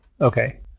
Okay